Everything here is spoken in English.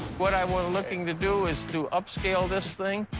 what i were looking to do is to upscale this thing,